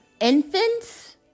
infants